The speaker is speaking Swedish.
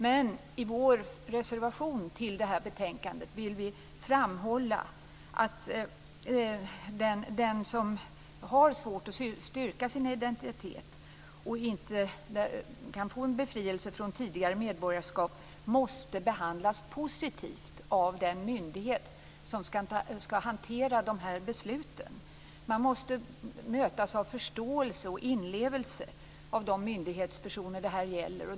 Men i vår reservation till det här betänkandet framhåller vi att den som har svårt att styrka sin identitet och inte kan få en befrielse från tidigare medborgarskap måste behandlas positivt av den myndighet som skall hantera de här besluten. Man måste mötas av förståelse och inlevelse från de myndighetspersoner det här gäller.